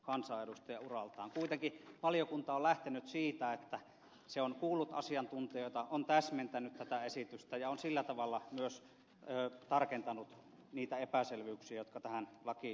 kuitenkin valiokunta on lähtenyt siitä että se on kuullut asiantuntijoita on täsmentänyt tätä esitystä ja on sillä tavalla myös tarkentanut niitä epäselvyyksiä jotka tähän lakiin liittyvät